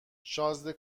شازده